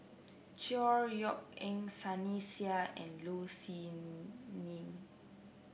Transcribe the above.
Chor Yeok Eng Sunny Sia and Low Siew Nghee